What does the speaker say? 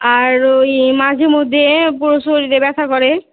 আর ওই মাঝে মধ্যে পুরো শরীরে ব্যথা করে